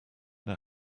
now